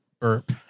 burp